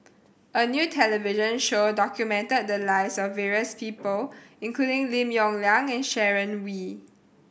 a new television show documented the lives of various people including Lim Yong Liang and Sharon Wee